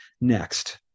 next